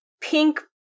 pink